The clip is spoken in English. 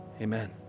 amen